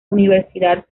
universidad